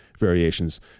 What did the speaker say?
Variations